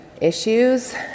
issues